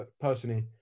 Personally